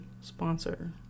sponsor